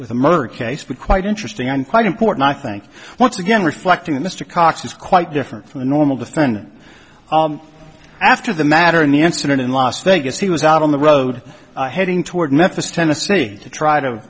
with a murder case but quite interesting and quite important i think once again reflecting that mr cox is quite different from the normal defendant after the matter in the incident in las vegas he was out on the road heading toward met this tennessee to try to